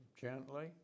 gently